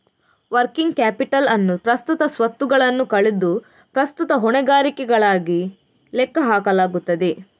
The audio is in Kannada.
ವರ್ಕಿಂಗ್ ಕ್ಯಾಪಿಟಲ್ ಅನ್ನು ಪ್ರಸ್ತುತ ಸ್ವತ್ತುಗಳನ್ನು ಕಳೆದು ಪ್ರಸ್ತುತ ಹೊಣೆಗಾರಿಕೆಗಳಾಗಿ ಲೆಕ್ಕ ಹಾಕಲಾಗುತ್ತದೆ